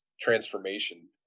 transformation